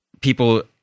people